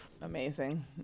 Amazing